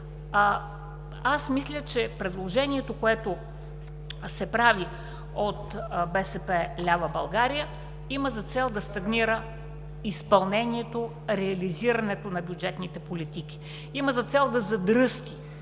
Аз мисля, че предложението, което се прави от „БСП лява България“, има за цел да стагнира изпълнението, реализирането на бюджетните политики. Има за цел да задръсти,